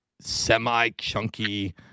semi-chunky